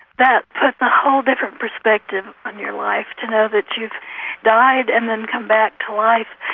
that puts a whole different perspective on your life to know that you've died and then came back to life.